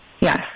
Yes